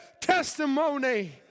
testimony